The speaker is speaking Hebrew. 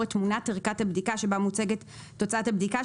תמונת ערכת הבדיקה שבה מוצגת תוצאת הבדיקה,